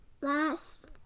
last